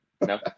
no